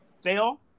fail